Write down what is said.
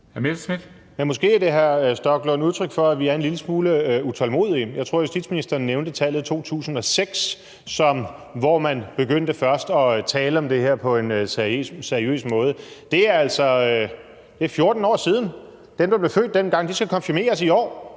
Måske er det, hr. Stoklund, udtryk for, at vi er en lille smule utålmodige. Jeg tror, at justitsministeren nævnte tallet 2006, hvor man først begyndte at tale om det her på en seriøs måde. Det er altså 14 år siden. Dem, der blev født dengang, skal konfirmeres i år